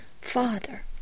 Father